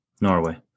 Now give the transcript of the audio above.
Norway